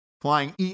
flying